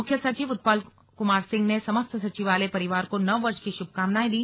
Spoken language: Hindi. मुख्य सचिव उत्पल कुमार सिंह ने समस्त सचिवालय परिवार को नववर्ष की शुभकानाएं दी